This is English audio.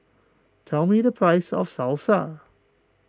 tell me the price of Salsa